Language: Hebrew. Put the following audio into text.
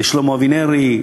שלמה אבינרי,